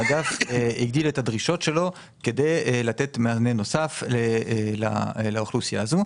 האגף הגדיל את הדרישות שלו כדי לתת מענה נוסף לאוכלוסייה הזאת.